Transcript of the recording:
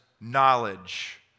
knowledge